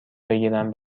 بگیرم